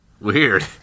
Weird